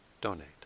donate